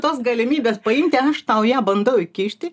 tos galimybės paimti aš tau ją bandau įkišti